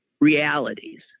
realities